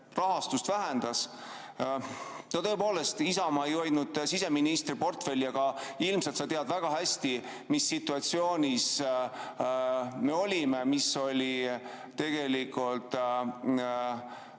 rahastust vähendas. No tõepoolest, Isamaa ei hoidnud siseministri portfelli, aga ilmselt sa tead väga hästi, mis situatsioonis me olime, mis oli tegelikult